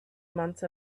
month